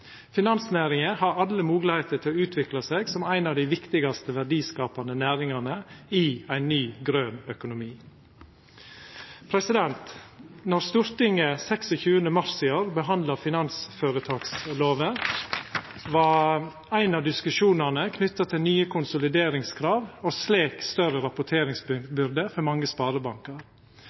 Finansnæringa har alle moglegheiter til å utvikla seg som ei av dei viktigaste verdiskapande næringane i ein ny, grøn økonomi. Då Stortinget den 26. mars i år behandla finansføretakslova, var ein av diskusjonane knytt til nye konsolideringskrav – og slik større rapporteringsbyrde – for mange sparebankar.